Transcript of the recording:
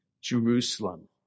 Jerusalem